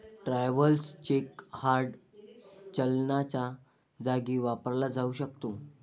travellers cheque hard चलनाच्या जागी वापरला जाऊ शकतो